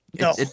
no